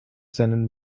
seinen